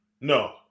No